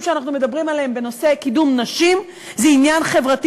שאנחנו מדברים עליהם בנושא קידום נשים זה עניין חברתי.